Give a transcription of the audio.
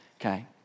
Okay